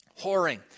Whoring